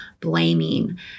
blaming